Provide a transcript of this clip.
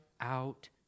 out